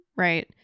Right